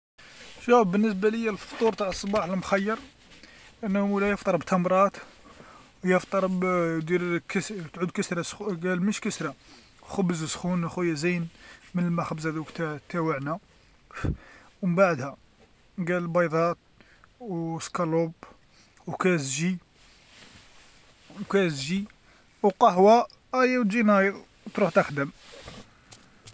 شوف بالنسبه ليا الفطور تاع الصباح المخير أنه مولاي يفطر بتمرات، ويفطر ب يدير كسر- تعود كسره سخو- قال مش كسره، خبز سخون اخويا زين، من المخبزة هادوك تاع- تاوعنا، ومن بعدها، قال بيضات وشرائح الدجاج وكاس عصير، وكاس عصير وقهوة أيا وتجي نايض تروح تخدم.